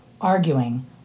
arguing